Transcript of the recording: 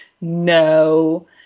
No